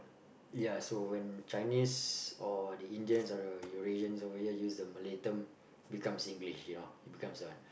ya so when Chinese or the Indians or the Eurasians over here a Malay term becomes Singlish you becomes one